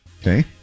Okay